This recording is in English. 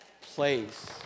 place